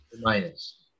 Minus